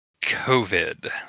COVID